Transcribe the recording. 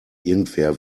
irgendwer